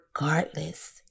regardless